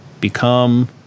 become